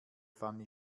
fanny